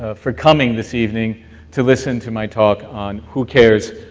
ah for coming this evening to listen to my talk on who cares,